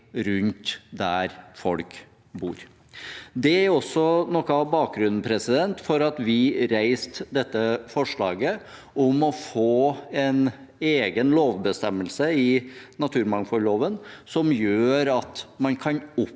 rundt der folk bor. Det er noe av bakgrunnen for at vi har reist dette forslaget om å få en egen lovbestemmelse i naturmangfoldloven som gjør at man kan opprette